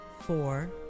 four